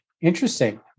Interesting